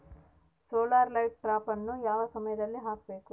Solar light ಟ್ರಾಪನ್ನು ಯಾವ ಸಮಯದಲ್ಲಿ ಹಾಕಬೇಕು?